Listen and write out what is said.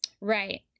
Right